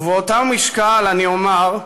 ובאותו משקל אני אומר,